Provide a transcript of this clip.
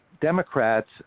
Democrats